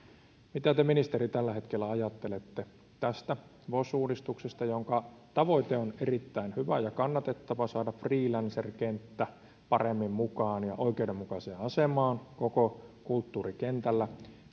mitä te ministeri tällä hetkellä ajattelette tästä vos uudistuksesta jonka tavoite on erittäin hyvä ja kannatettava saada freelancer kenttä paremmin mukaan ja oikeudenmukaiseen asemaan koko kulttuurikentällä